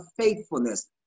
faithfulness